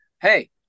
hey